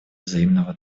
взаимного